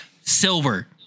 silver